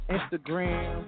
Instagram